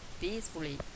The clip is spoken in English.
peacefully